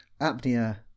apnea